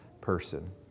person